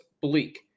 bleak